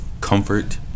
comfort